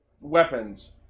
weapons